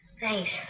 Thanks